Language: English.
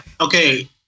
okay